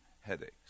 headaches